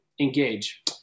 engage